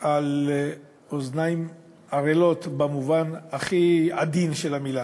על אוזניים ערלות במובן הכי עדין של המילה.